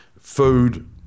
food